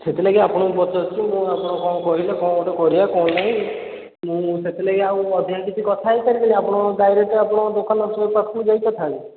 ସେଥିଲାଗି ଆପଣଙ୍କୁ ପଚାରୁଛୁ ମୁଁ ଆପଣ କ'ଣ କହିଲେ କ'ଣ ଗୋଟେ କରିବା କ'ଣ ନାଇଁ ମୁଁ ସେଥିଲାଗି ଆଉ ଅଧିକା କିଛି କଥା ହେଇ ପାରିବିନି ଆପଣ ଡାଇରେକ୍ଟ୍ ଆପଣଙ୍କ ଦୋକାନ ଅଛି ପାଖକୁ ଯାଇ କଥା ହେବି